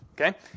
Okay